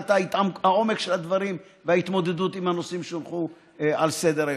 מבחינת העומק של הדברים וההתמודדות עם הנושאים שהונחו על סדר-היום.